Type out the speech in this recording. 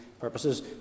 purposes